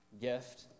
gift